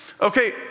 Okay